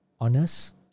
honest